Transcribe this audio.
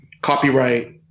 copyright